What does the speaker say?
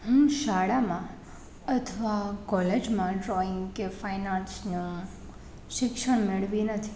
હું શાળામાં અથવા કોલેજમાં ડ્રોઈંગ કે ફાઇન આર્ટસના શિક્ષણ મેળવી નથી